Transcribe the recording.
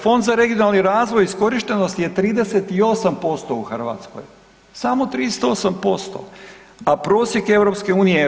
Fond za regionalni razvoj, iskorištenost je 38% u Hrvatskoj, samo 38%, a prosjek EU je 56%